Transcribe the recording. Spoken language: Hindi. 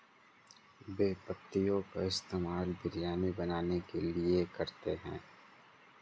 बे पत्तियों का इस्तेमाल बिरयानी बनाने के लिए करते हैं